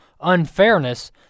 unfairness